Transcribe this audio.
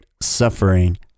suffering